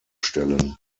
stellen